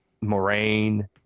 Moraine